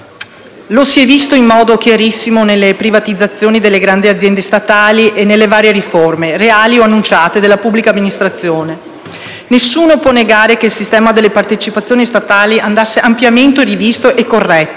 Lo si è visto in modo chiarissimo nelle privatizzazioni delle grandi aziende statali e nelle varie riforme, reali o annunciate, della pubblica amministrazione. Nessuno può negare che il sistema delle partecipazioni statali andasse ampiamente rivisto e corretto: